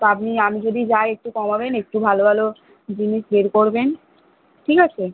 তা আপনি আমি যদি যাই একটু কমাবেন একটু ভালো ভালো জিনিস বের করবেন ঠিক আছে